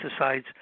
pesticides